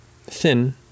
thin